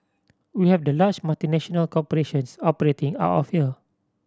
we have the large multinational corporations operating out of here